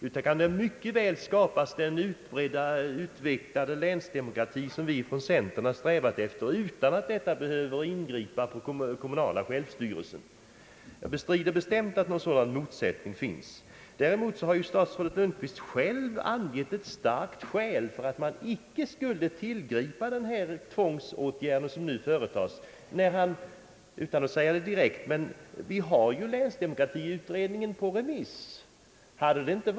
Det kan mycket väl skapas en sådan utvecklad länsdemokrati som vi från centerpartiet strävat efter utan att detta behöver ingripa i den kommunala självstyrelsen. Jag bestrider alltså bestämt att någon sådan motsättning finns. Däremot har ju herr statsrådet Lundkvist angett ett starkt skäl för att man inte bör tillgripa den tvångsåtgärd som nu föreslås — fastän han inte säger det direkt — genom att påpeka att länsdemokratiutredningens förslag nu är ute på remiss.